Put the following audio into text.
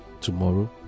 tomorrow